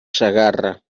segarra